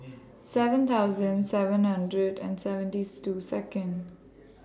seven thousand seven hundred and seventieth two Second